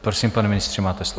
Prosím, pane ministře, máte slovo.